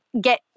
get